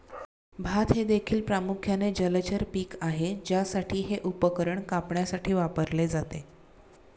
भात हे देखील प्रामुख्याने जलचर पीक आहे ज्यासाठी हे उपकरण कापण्यासाठी वापरले जाते